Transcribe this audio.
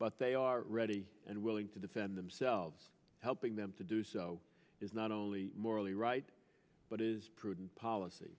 but they are ready and willing to defend themselves helping them to do so is not only morally right but is prudent policy